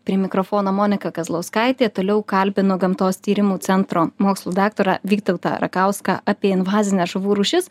prie mikrofono monika kazlauskaitė toliau kalbinu gamtos tyrimų centro mokslų daktarą vytautą rakauską apie invazines žuvų rūšis